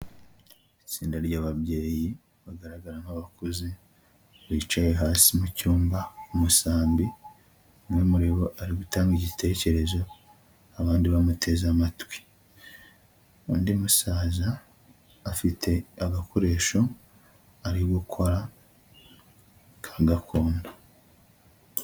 Itsinda ry'ababyeyi bagaragara nk'abakuze bicaye hasi mu cyumba ku musambi, umwe muri bo ari gutanga igitekerezo abandi bamuteze amatwi, undi musaza afite agakoresho ari gukora ka gakondo.